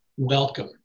Welcome